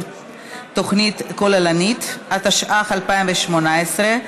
התשע"ח 2018,